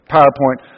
PowerPoint